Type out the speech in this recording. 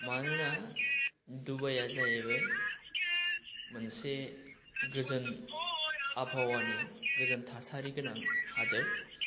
मानोना डुबाइआ जाहैबाय मोनसे गोजोन आबहावानि गोजोन थासारि गोनां हादर